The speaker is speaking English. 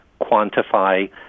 quantify